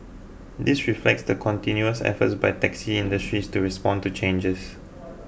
this reflects the continuous efforts by taxi industry to respond to changes